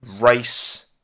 race